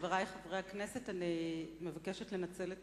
חברי חברי הכנסת, אני מבקשת לנצל את